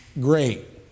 Great